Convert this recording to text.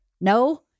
No